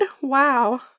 Wow